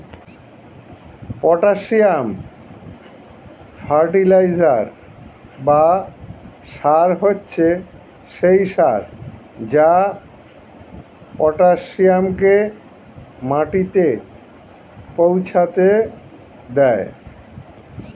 potassium fertiliser বা সার হচ্ছে সেই সার যা পটাসিয়ামকে মাটিতে পৌঁছাতে দেয়